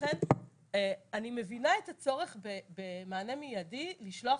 לכן אני מבינה את הצורך במענה מידי, לשלוח